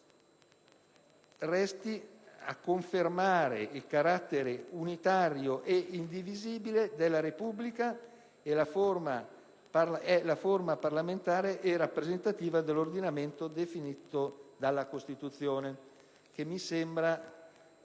confermando il carattere unitario e indivisibile della Repubblica e la forma parlamentare e rappresentativa dell'ordinamento definito dalla Costituzione», che mi sembra